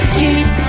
keep